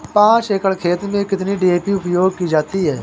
पाँच एकड़ खेत में कितनी डी.ए.पी उपयोग की जाती है?